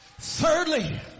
thirdly